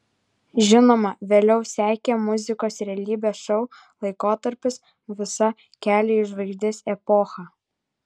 žinoma vėliau sekė muzikos realybės šou laikotarpis visa kelio į žvaigždes epocha